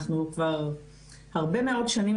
אנחנו כבר הרבה מאוד שנים,